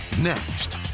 Next